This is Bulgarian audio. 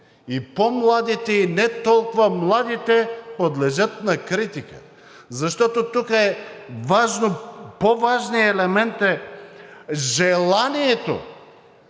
и по-младите, и не толкова младите подлежат на критика, защото тук по-важният елемент е желанието